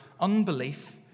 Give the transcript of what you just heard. unbelief